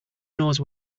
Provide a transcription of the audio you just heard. knows